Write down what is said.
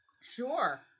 Sure